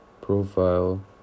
profile